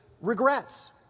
regrets